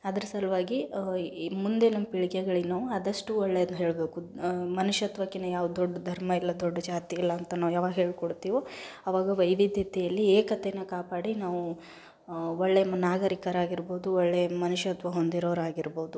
ಅದ್ರ ಸಲುವಾಗಿ ಇ ಮುಂದೆ ನಮ್ಮ ಪೀಳ್ಗೆಗಳಿಗೆ ನಾವು ಆದಷ್ಟು ಒಳ್ಳೇದ್ನ ಹೇಳಬೇಕು ಮನುಷ್ಯತ್ವಕ್ಕಿಂತ ಯಾವ ದೊಡ್ಡ ಧರ್ಮ ಇಲ್ಲ ದೊಡ್ಡ ಜಾತಿ ಇಲ್ಲ ಅಂತ ನಾವು ಯಾವಾಗ ಹೇಳಿಕೊಡ್ತೀವೋ ಅವಾಗ ವೈವಿಧ್ಯತೆಯಲ್ಲಿ ಏಕತೆನ ಕಾಪಾಡಿ ನಾವೂ ಒಳ್ಳೆಯ ಮ್ ನಾಗರಿಕರಾಗಿರ್ಬೋದು ಒಳ್ಳೆಯ ಮನುಷ್ಯತ್ವ ಹೊಂದಿರೋರಾಗಿರ್ಬೋದು